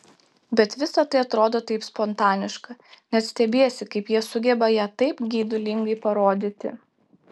bet visa tai atrodo taip spontaniška net stebiesi kaip jie sugeba ją taip geidulingai parodyti